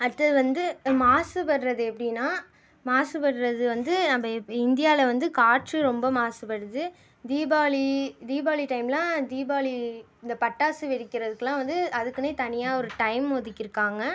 அடுத்தது வந்து மாசுபடுவது எப்படின்னா மாசுபடுவது வந்து நம்ம இந்தியாவில் வந்து காற்று ரொம்ப மாசுபடுது தீபாவளி தீபாவளி டைம்லாம் தீபாவளி இந்த பட்டாசு வெடிக்கிறதுக்குல்லாம் வந்து அதுக்குன்னே தனியாக ஒரு டைம் ஒதுக்கியிருங்காங்க